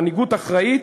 מנהיגות אחראית